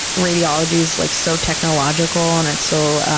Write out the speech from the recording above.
radiology's like so technological and it's so